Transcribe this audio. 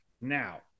now